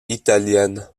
italiennes